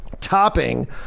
topping